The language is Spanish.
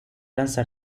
lanza